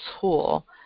tool